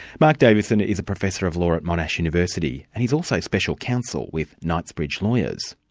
mark davison is a professor of law at monash university. and he's also special counsel with knightsbridge lawyers.